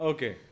Okay